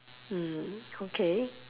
mm okay